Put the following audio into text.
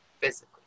physically